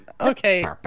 Okay